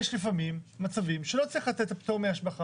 יש לפעמים מצבים שלא צריך לתת את הפטור מהשבחה.